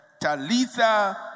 Talitha